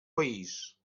país